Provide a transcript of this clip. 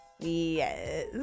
Yes